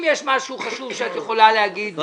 אם יש משהו חשוב שאת יכולה להגיד --- אם